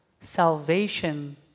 salvation